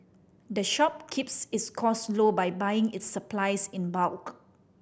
the shop keeps its cost low by buying its supplies in bulk